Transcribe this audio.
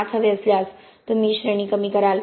5 हवे असल्यास तुम्ही श्रेणी कमी कराल